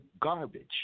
garbage